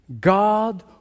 God